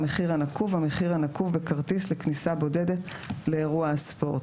"המחיר הנקוב" המחיר הנקוב בכרטיס לכניסה בודדת לאירוע הספורט."